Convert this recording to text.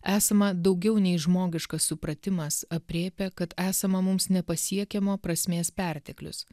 esama daugiau nei žmogiškas supratimas aprėpia kad esama mums nepasiekiamo prasmės perteklius